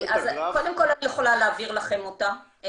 קודם כל אני יכולה להעביר לכם אותה,